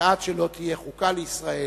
שעד שלא תהיה חוקה לישראל,